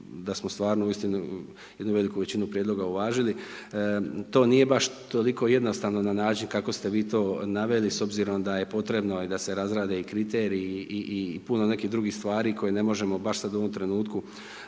da smo stvarno uistinu jednu veliku većinu prijedloga uvažili. To nije baš toliko jednostavno na način kako ste vi to naveli s obzirom da potrebno je da se razrade i kriteriji i puno nekih stvari koje ne možemo baš sad u ovom trenutku